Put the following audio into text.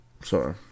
sorry